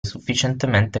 sufficientemente